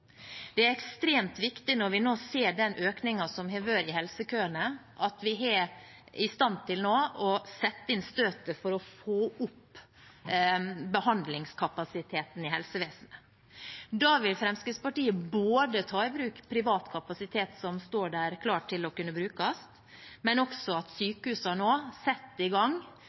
Det er ekstremt viktig når vi nå ser den økningen som har vært i helsekøene, at vi nå er i stand til å sette inn støtet for å få opp behandlingskapasiteten i helsevesenet. Da vil Fremskrittspartiet ta i bruk privat kapasitet som står der klar til å kunne brukes, men også sykehusene må nå sette i gang